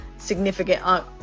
significant